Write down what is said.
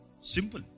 Simple